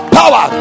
power